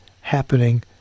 happening